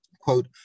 Quote